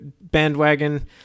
bandwagon